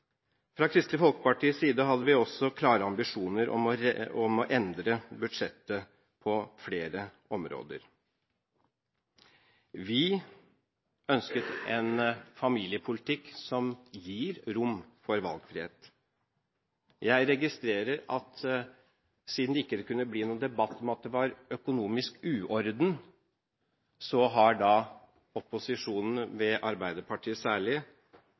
Fra Kristelig Folkepartis side hadde vi klare ambisjoner om å endre budsjettet på flere områder. Vi ønsket en familiepolitikk som gir rom for valgfrihet. Jeg registrerer at siden det ikke kunne bli noen debatt om at det var økonomisk uorden, har opposisjonen – ved Arbeiderpartiet særlig